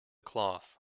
cloth